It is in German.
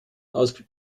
aus